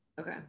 Okay